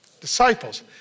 Disciples